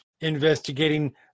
investigating